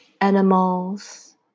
Animals